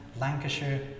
Lancashire